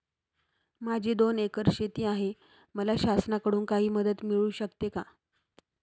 माझी दोन एकर शेती आहे, मला शासनाकडून काही मदत मिळू शकते का?